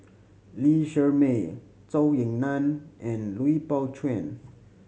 Lee Shermay Zhou Ying Nan and Lui Pao Chuen